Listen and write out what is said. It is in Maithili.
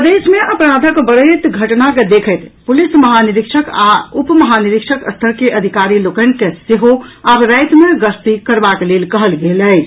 प्रदेश मे अपराधक बढ़ैत घटना के देखैत पुलिस महानिरीक्षक आ उपमहानिरीक्षक स्तर के अधिकारी लोकनि के सेहो आब राति मे गश्ती करबाक लेल कहल गेल अछि